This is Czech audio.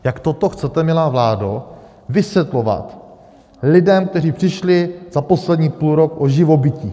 Jak toto chcete, milá vládo, vysvětlovat lidem, kteří přišli za poslední půlrok o živobytí?